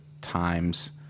times